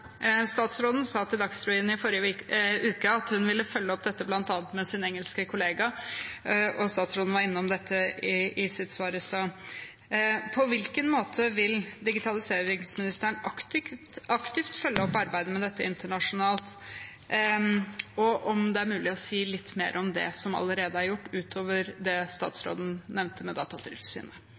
Statsråden sa til Dagsrevyen i forrige uke at hun ville følge opp dette, bl.a. med sin engelske kollega, og statsråden var innom dette i sitt svar i stad. På hvilken måte vil digitaliseringsministeren aktivt følge opp arbeidet med dette internasjonalt? Er det mulig å si litt mer om det som allerede er gjort, utover det statsråden nevnte med Datatilsynet?